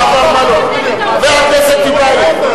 חבר הכנסת טיבייב.